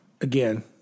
again